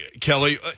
Kelly